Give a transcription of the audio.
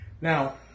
Now